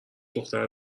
دختر